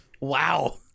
Wow